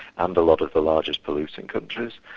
and a lot of the largest polluting countries,